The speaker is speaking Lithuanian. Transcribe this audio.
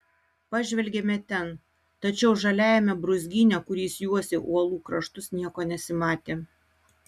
pažvelgėme ten tačiau žaliajame brūzgyne kuris juosė uolų kraštus nieko nesimatė